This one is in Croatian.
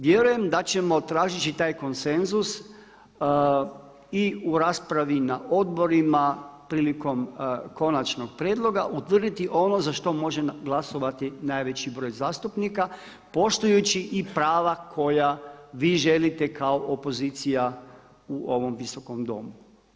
Vjerujem da ćemo tražeći taj konsenzus i u raspravi na odborima, prilikom konačnog prijedloga, utvrditi ono za što može glasovati najveći broj zastupnika poštujući i prava koja vi želite kao opozicija u ovom Visokom domu.